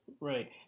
Right